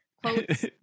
quotes